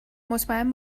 مطمئن